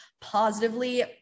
positively